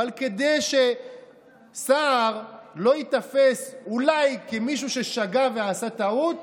אבל כדי שסער לא ייתפס אולי כמישהו ששגה ועשה טעות,